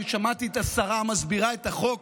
אני שמעתי את השרה מסבירה את החוק,